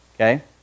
okay